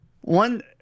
one